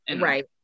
Right